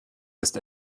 ist